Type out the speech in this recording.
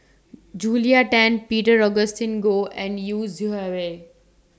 Julia Tan Peter Augustine Goh and Yu Zhuye